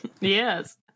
Yes